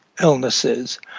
illnesses